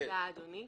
תודה, אדוני.